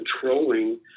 controlling